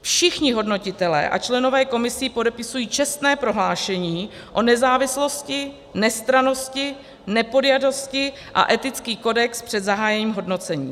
Všichni hodnotitelé a členové komisí podepisují čestné prohlášení o nezávislosti, nestrannosti, nepodjatosti a etický kodex před zahájením hodnocení.